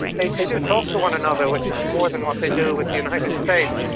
they they do talk to one another, which is more than what they do with the united states.